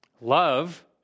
love